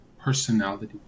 personality